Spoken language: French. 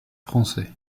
français